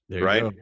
Right